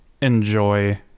enjoy